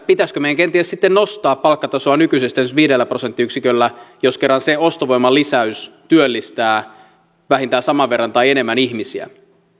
pitäisikö meidän kenties sitten nostaa palkkatasoa nykyisestä esimerkiksi viidellä prosenttiyksiköllä jos kerran se ostovoiman lisäys työllistää vähintään saman verran tai enemmän ihmisiä